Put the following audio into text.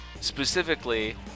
specifically